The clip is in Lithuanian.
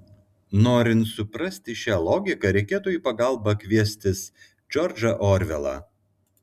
norint suprasti šią logiką reikėtų į pagalbą kviestis džordžą orvelą